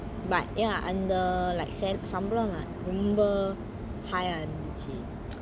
but ya under like சம்பளம் ரொம்ப:sambalam romba high eh இருந்துச்சி:irunthuchi